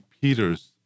Peters